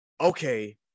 Okay